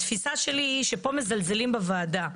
התפיסה שלי היא שפה מזלזלים בוועדה.